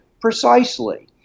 precisely